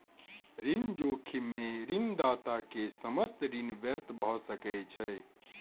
ऋण जोखिम में ऋणदाता के समस्त ऋण व्यर्थ भ सकै छै